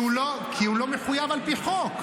כי הוא לא מחויב על פי חוק.